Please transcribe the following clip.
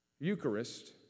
Eucharist